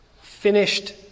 finished